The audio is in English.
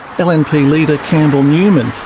but lnp leader, campbell newman,